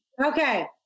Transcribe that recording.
Okay